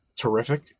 terrific